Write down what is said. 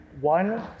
one